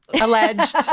Alleged